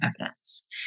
evidence